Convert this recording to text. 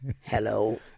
Hello